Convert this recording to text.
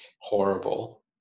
horrible